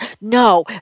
No